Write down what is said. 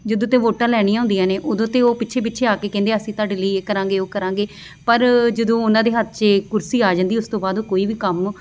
ਜਦੋਂ ਤਾਂ ਵੋਟਾਂ ਲੈਣੀਆਂ ਹੁੰਦੀਆਂ ਨੇ ਉਦੋਂ ਤਾਂ ਉਹ ਪਿੱਛੇ ਪਿੱਛੇ ਆ ਕੇ ਕਹਿੰਦੇ ਅਸੀਂ ਤੁਹਾਡੇ ਲਈ ਇਹ ਕਰਾਂਗੇ ਉਹ ਕਰਾਂਗੇ ਪਰ ਜਦੋਂ ਉਹਨਾਂ ਦੇ ਹੱਥ 'ਚ ਕੁਰਸੀ ਆ ਜਾਂਦੀ ਉਸ ਤੋਂ ਬਾਅਦ ਉਹ ਕੋਈ ਵੀ ਕੰਮ